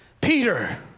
Peter